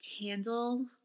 candle